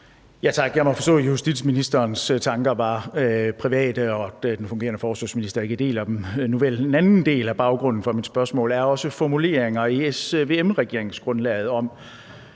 Jeg må forstå, at justitsministerens tanker var private, og at den fungerende forsvarsminister ikke deler dem. Nuvel, en anden del af baggrunden for mit spørgsmål er også formuleringer i SVM-regeringsgrundlaget om